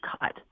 cut